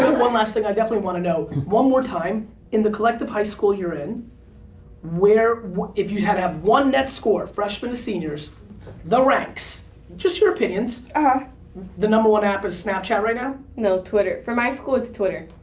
one last thing i definitely want to know one more time in the collective high school you're in where if you had to have one net score freshmen to seniors the ranks just your opinions ah the number one app is snapchat right now? no, twitter. for my school it's twitter.